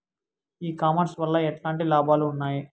ఈ కామర్స్ వల్ల ఎట్లాంటి లాభాలు ఉన్నాయి?